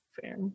Fair